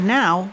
now